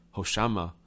Hoshama